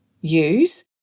use